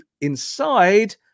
inside